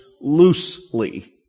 loosely